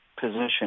position